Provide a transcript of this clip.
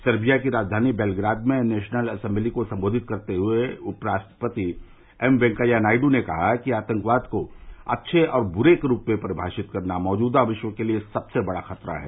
सर्विया की राजघानी बेलग्राद में नेशनल एसेम्बली को संबोधित करते हुए उपराष्ट्रपति एम वेंकैया नायडू ने कहा कि आतंकवाद को अच्छे और बुरे के रूप में परिमाषित करना मौजूदा विश्व के लिए सबसे बड़ा खतरा है